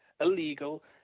illegal